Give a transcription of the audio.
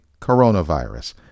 coronavirus